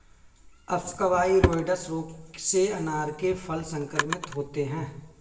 अप्सकवाइरोइड्स रोग से अनार के फल संक्रमित होते हैं